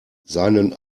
seinen